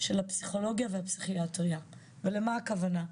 של הפסיכולוגיה והפסיכיאטריה, ולמה הכוונה?